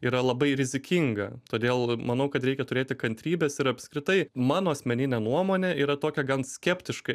yra labai rizikinga todėl manau kad reikia turėti kantrybės ir apskritai mano asmeninė nuomonė yra tokia gan skeptiška